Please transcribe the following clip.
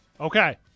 Okay